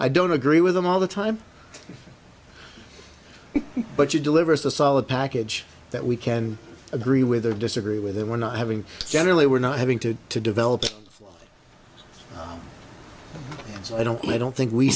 i don't agree with them all the time but you deliver us a solid package that we can agree with or disagree with or we're not having generally we're not having to to develop so i don't i don't think we